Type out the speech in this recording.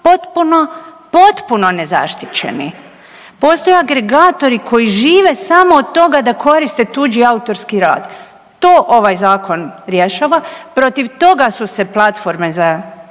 potpuno, potpuno nezaštićeni. Postoji agregatori koji žive od toga da koriste tuđi autorski rad. To ovaj zakon rješava. Protiv toga su se platforme